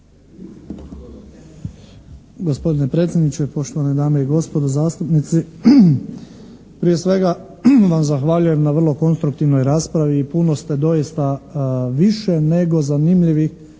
Gospodine predsjedniče, poštovane dame i gospodo zastupnici. Prije svega vam zahvaljujem na vrlo konstruktivnoj raspravi. Puno ste doista, više nego zanimljivih